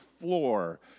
floor